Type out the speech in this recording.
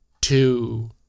two